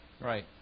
Right